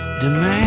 demand